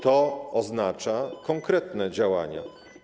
To oznacza konkretne działania.